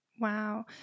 Wow